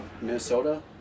Minnesota